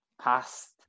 Past